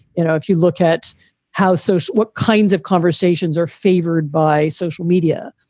you know if you look at how social what kinds of conversations are favored by social media.